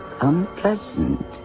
unpleasant